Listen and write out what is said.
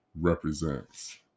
represents